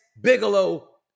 Bigelow